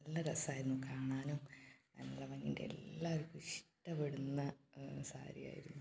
നല്ല രസമായിരുന്നു കാണാനും നല്ല ഭംഗി എല്ലാവർക്കും ഇഷ്ടപ്പെടുന്ന സാരിയായിരുന്നു